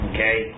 Okay